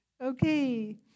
Okay